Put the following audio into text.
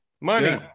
Money